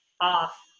off